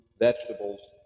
vegetables